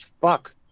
fuck